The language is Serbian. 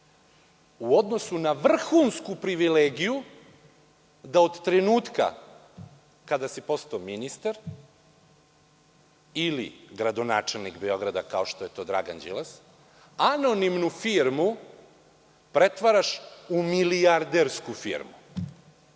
u odnosu na vrhunsku privilegiju da od trenutka kada si postao ministar ili gradonačelnik Beograda, kao što je to Dragan Đilas, anonimnu firmu pretvaraš u milijardersku firmu.